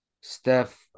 Steph